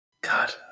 god